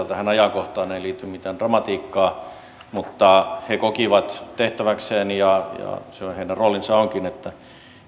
tähän ajankohtaan ei liity mitään dramatiikkaa mutta he kokivat tehtäväkseen ja sehän heidän roolinsa onkin että